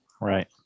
Right